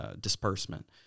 disbursement